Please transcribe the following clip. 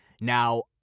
now